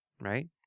right